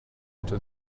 into